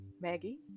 Maggie